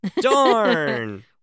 Darn